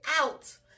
out